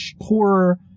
poorer